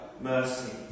mercy